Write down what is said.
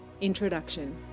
Introduction